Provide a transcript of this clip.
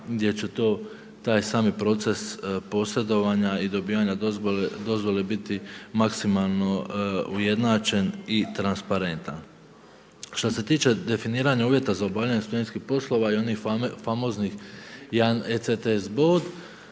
gdje će to taj sami proces posredovanja i dobivanja dozvole biti maksimalno ujednačen i transparentan. Što se tiče definiranja uvjeta za obavljanje studentskih poslova i onih famoznih 1 ECTS bod,